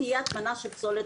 אתה חייב לעשות תסקיר מחדש.